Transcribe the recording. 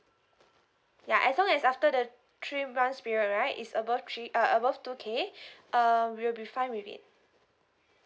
ya as long as after the three grace period right is above three uh above two K uh we will be fine with it